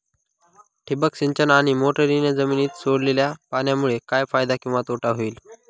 ठिबक सिंचन आणि मोटरीने जमिनीत सोडलेल्या पाण्यामुळे काय फायदा किंवा तोटा होईल?